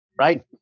right